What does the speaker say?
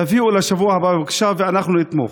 תביאו בשבוע הבא, בבקשה, ואנחנו נתמוך.